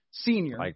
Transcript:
Senior